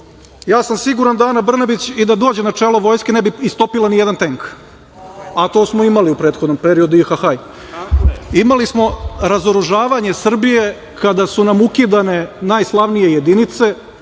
ja sam siguran da Ana Brnabić i da dođe na čelo vojske ne bi istopila nijedan tenk, a to smo imali u prethodnom periodu iha-haj. Imali smo razoružavanje Srbije kada su nam ukidane najslavnije jedinice,